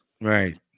Right